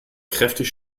kräftig